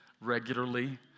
regularly